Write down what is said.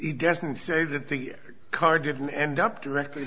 he doesn't say that the car didn't end up directly